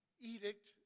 edict